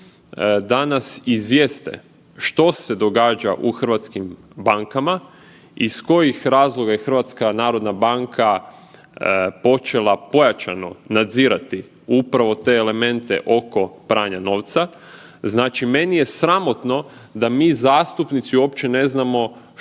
da nas izvijeste što se događa u hrvatskim bankama, iz kojih razloga je HNB počela pojačano nadzirati upravo te elemente oko pranja novca. Znači meni je sramotno da mi zastupnici uopće ne znamo